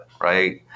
right